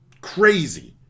crazy